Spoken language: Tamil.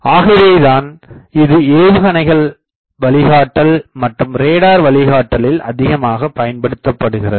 ஆகவேதான் இது ஏவுகணைகள் வழிகாட்டல் மற்றும் ரேடார் வழிகாட்டலில் அதிகமாக பயன்படுத்தப்படுகிறது